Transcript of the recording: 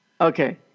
Okay